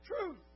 truth